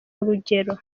urugero